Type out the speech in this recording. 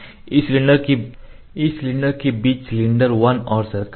इस सिलेंडर के बीच सिलेंडर 1 और सर्कल 1